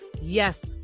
Yes